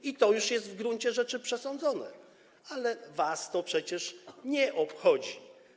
I to już jest w gruncie rzeczy przesądzone, ale was to przecież nie obchodzi.